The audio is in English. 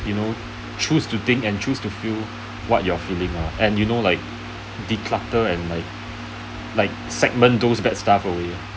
you know choose to think and choose to feel what you are feeling lah and you know like de clutter and like like segment those bad stuff away